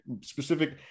specific